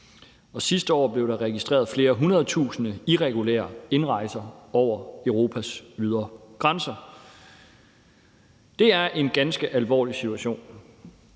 sidste år blev der registreret flere hundrede tusinde irregulære indrejser over Europas ydre grænser. Det er en ganske alvorlig situation,